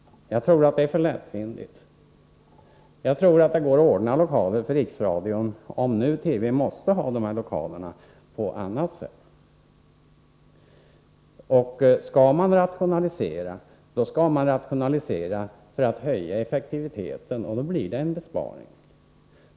Jag tror att det är för lättvindigt. Jag tror att det går att ordna lokaler för Riksradion på annat sätt, om TV måste ha radions nuvarande lokaler. Skall man rationalisera, skall man göra det för att höja effektiviteten — då blir det en besparing.